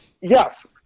yes